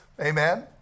Amen